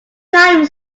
time